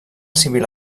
civil